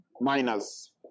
miners